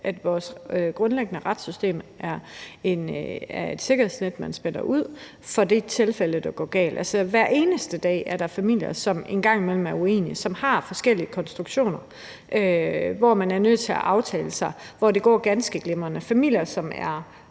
at vores grundlæggende retssystem er et sikkerhedsnet, man spænder ud for det tilfælde, at det går galt. Hver eneste dag er der familier, som en gang imellem er uenige, og som har forskellige konstruktioner, hvor man er nødt til at aftale sig frem, og hvor det går ganske glimrende. Det er